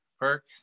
PERK